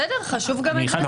בסדר, חשוב גם את זה לדעת.